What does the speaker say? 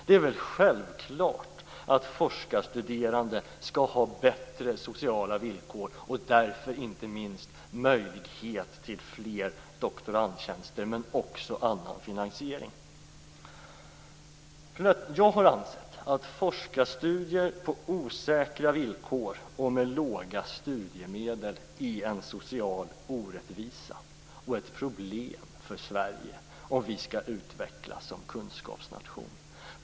Det är väl självklart att forskarstuderande skall ha bättre sociala villkor och att det därför inte minst skall finnas möjligheter till fler doktorandtjänster men också annan finansiering. Jag har ansett att forskarstudier på osäkra villkor och med låga studiemedel är en social orättvisa och ett problem för Sverige om vi skall utvecklas som kunskapsnation.